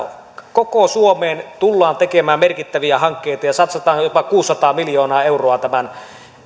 koko suomeen tullaan tekemään merkittäviä hankkeita ja ja satsataan jopa kuusisataa miljoonaa euroa tämän